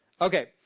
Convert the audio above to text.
Okay